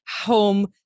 home